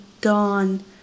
gone